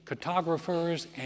cartographers